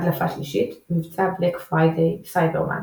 הדלפה שלישית מבצע בלאק פריידיי/סייבר מאנדיי